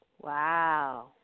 Wow